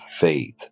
faith